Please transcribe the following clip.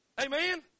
Amen